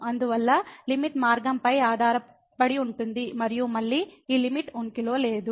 అందువల్ల లిమిట్ మార్గంపై ఆధారపడి ఉంటుంది మరియు మళ్ళీ ఈ లిమిట్ ఉనికిలో లేదు